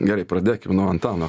gerai pradėkim nuo antano